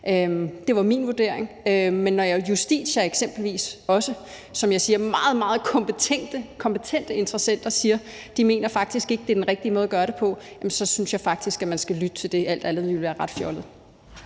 Det var min vurdering. Men når eksempelvis også Justitia som meget, meget kompetente interessenter siger, at de faktisk ikke mener, at det er den rigtige måde at gøre det på, synes jeg faktisk, at man skal lytte til det. Alt andet ville være ret fjollet.